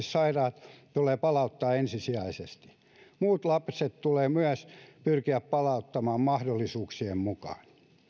sairaat tulee palauttaa ensisijaisesti muut lapset tulee myös pyrkiä palauttamaan mahdollisuuksien mukaan